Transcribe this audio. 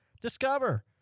Discover